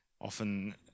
often